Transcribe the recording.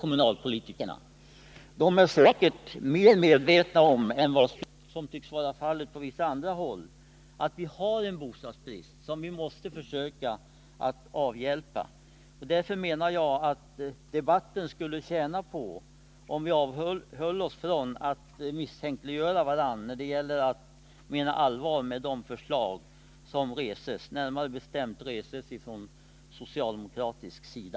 Kommunalpolitikerna är säkert mer medvetna än vad som tycks vara fallet på vissa andra håll om att vi har en bostadsbrist som vi måste försöka att avhjälpa. Därför menar jag att debatten skulle tjäna på att vi avhöll oss från att misstänkliggöra varandra när det gäller allvaret bakom de förslag som avgivits, och jag tänker då närmare bestämt på de krav som reses från socialdemokratiskt håll.